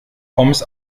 pommes